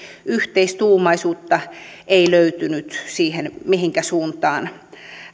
yhteistuumaisuutta ei löytynyt siihen mihinkä suuntaan